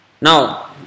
now